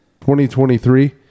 2023